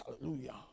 Hallelujah